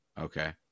Okay